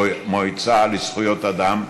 "מועצה לזכויות אדם",